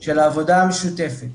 של העבודה המשותפת,